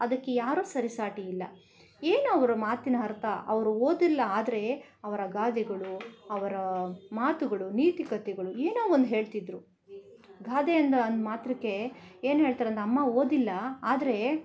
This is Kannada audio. ಅದಕ್ಕೆ ಯಾರು ಸರಿಸಾಟಿ ಇಲ್ಲ ಏನು ಅವ್ರ ಮಾತಿನ ಅರ್ಥ ಅವರು ಓದಿಲ್ಲ ಆದರೆ ಅವರ ಗಾದೆಗಳು ಅವರ ಮಾತುಗಳು ನೀತಿಕಥೆಗಳು ಏನೋ ಒಂದು ಹೇಳ್ತಿದ್ರು ಗಾದೆ ಅಂದ ಅಂದ ಮಾತ್ರಕ್ಕೆ ಏನು ಹೇಳ್ತಾರೆ ಅಂದರೆ ಅಮ್ಮ ಓದಿಲ್ಲ ಆದರೆ